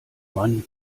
mann